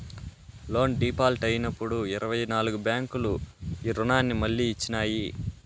loan default అయినప్పుడు ఇరవై నాల్గు బ్యాంకులు రుణాన్ని మళ్లీ ఇచ్చినాయి